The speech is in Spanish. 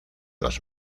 los